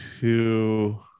two